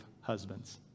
husbands